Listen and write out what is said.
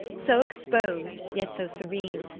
so exposed yet so serene,